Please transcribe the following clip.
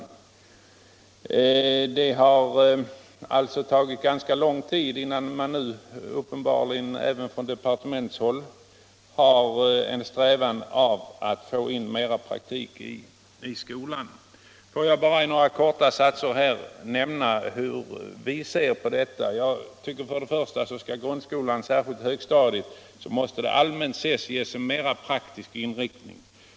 Det har alltså tagit ganska lång tid innan man på departementshåll har påbörjat strävandena att få in mera praktik i skolan. Låt mig i några korta satser nämna hur vi ser på detta. 1. Grundskolan — särskilt högstadiet — måste allmänt sett ges en mera praktisk inriktning.